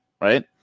right